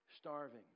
Starving